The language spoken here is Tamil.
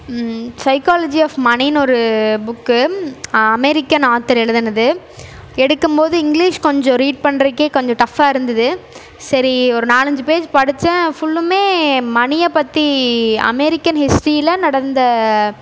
சைக்காலஜி ஆஃப் மனின்னு ஒரு புக்கு அமெரிக்கன் ஆத்தர் எழுதினது எடுக்கும்போது இங்கிலீஷ் கொஞ்சம் ரீட் பண்றதுக்கே கொஞ்சம் டஃப்பாக இருந்தது சரி ஒரு நாலஞ்சு பேஜ் படித்தேன் ஃபுல்லுமே மனியை பற்றி அமெரிக்கன் ஹிஸ்ட்ரீயில் நடந்த